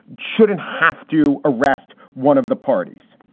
shouldn't have to arrest one of the parties.